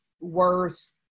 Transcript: worth